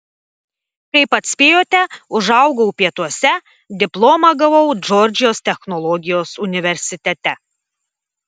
kaip atspėjote užaugau pietuose diplomą gavau džordžijos technologijos universitete